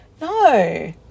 no